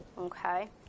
okay